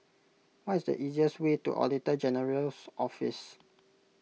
what is the easiest way to Auditor General's Office